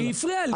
היא הפריעה לי.